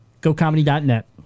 GoComedy.net